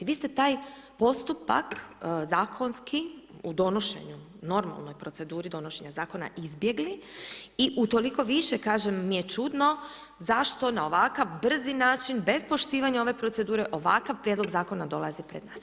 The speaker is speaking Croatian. Vi ste taj postupak zakonski u donošenju normalnoj proceduri donošenja zakona izbjegli i utoliko više mi je čudno zašto na ovakav brzi način bez poštivanja ove procedure ovakav prijedlog zakona dolazi pred nas.